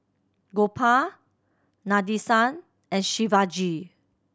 Gopal Nadesan and Shivaji